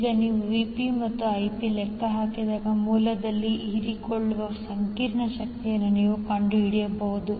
ಈಗ ನೀವು Vp ಮತ್ತು Ip ಲೆಕ್ಕ ಹಾಕಿದಾಗ ಮೂಲದಲ್ಲಿ ಹೀರಿಕೊಳ್ಳುವ ಸಂಕೀರ್ಣ ಶಕ್ತಿಯನ್ನು ನೀವು ಕಂಡುಹಿಡಿಯಬಹುದು